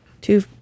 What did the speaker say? two